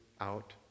out